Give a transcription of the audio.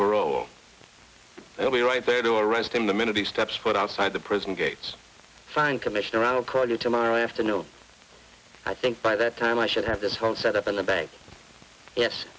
parole i'll be right there to arrest him the minute he steps foot outside the prison gates fine commissioner around a crowded tomorrow afternoon i think by that time i should have this whole set up in the bank yes